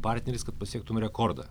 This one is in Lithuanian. partneris kad pasiektum rekordą